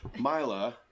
Mila